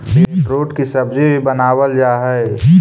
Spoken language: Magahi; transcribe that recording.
बीटरूट की सब्जी भी बनावाल जा हई